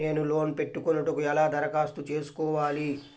నేను లోన్ పెట్టుకొనుటకు ఎలా దరఖాస్తు చేసుకోవాలి?